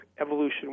evolution